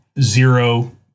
zero